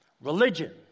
Religion